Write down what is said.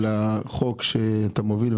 על החוק שאתה מוביל,